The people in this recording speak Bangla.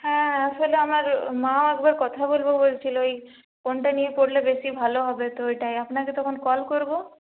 হ্যাঁ আসলে আমার মা একবার কথা বলবে বলছিলো এই কোনটা নিয়ে পড়লে বেশি ভালো হবে তো ওইটাই আপনাকে তখন কল করবো